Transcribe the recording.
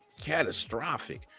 catastrophic